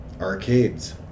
arcades